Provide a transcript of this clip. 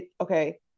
Okay